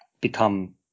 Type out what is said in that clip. become